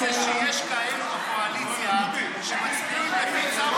איך זה שיש כאלה בקואליציה שמצביעים לפי צו